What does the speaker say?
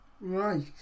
Right